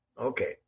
Okay